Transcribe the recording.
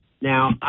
Now